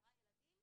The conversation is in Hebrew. ילדים